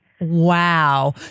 Wow